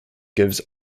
gives